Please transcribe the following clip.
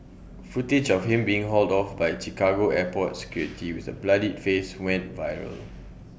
footage of him being hauled off by Chicago airport security with A bloodied face went viral